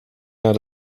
naar